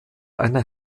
einer